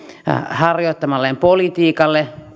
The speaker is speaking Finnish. harjoittamalleen politiikalle